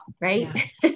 Right